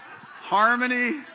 harmony